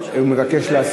מבקש,